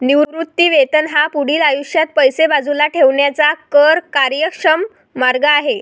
निवृत्ती वेतन हा पुढील आयुष्यात पैसे बाजूला ठेवण्याचा कर कार्यक्षम मार्ग आहे